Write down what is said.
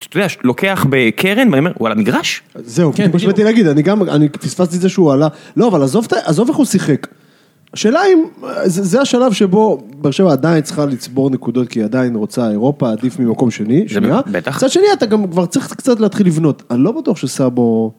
אתה יודע, לוקח בקרן, ואני אומר, הוא על המגרש? זהו, זה מה שבאתי להגיד, אני גם, אני פספסתי את זה שהוא עלה, לא, אבל עזוב איך הוא שיחק. השאלה אם, זה השלב שבו באר שבע עדיין צריכה לציבור נקודות, כי היא עדיין רוצה אירופה, עדיף ממקום שני, שנייה. בטח. מצד שני, אתה גם כבר צריך קצת להתחיל לבנות, אני לא בטוח שסבו...